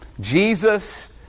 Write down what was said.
Jesus